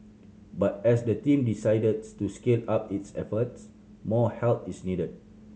but as the team decides to scale up its efforts more help is needed